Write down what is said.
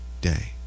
day